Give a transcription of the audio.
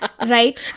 Right